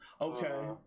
Okay